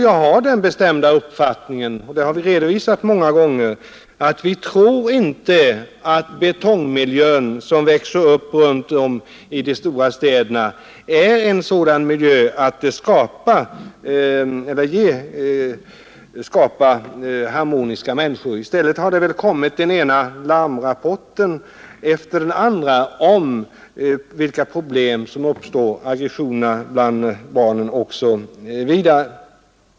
Jag har den bestämda uppfattningen, och den har vi också redovisat många gånger, att den betongmiljö som växer upp runt om i de stora städerna inte skapar harmoniska människor. I stället har vi fått den ena larmrapporten efter den andra om vilka problem som där uppstår, i form av aggressioner bland barnen osv.